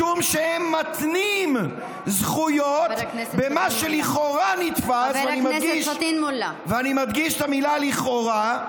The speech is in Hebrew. משום שהן מתנות זכויות במה שלכאורה נתפס ואני מדגיש את המילה לכאורה,